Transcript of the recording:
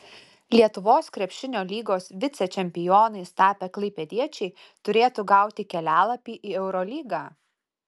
lietuvos krepšinio lygos vicečempionais tapę klaipėdiečiai turėtų gauti kelialapį į eurolygą